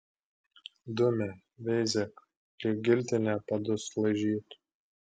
dumia veizėk lyg giltinė padus laižytų